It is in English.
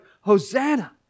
Hosanna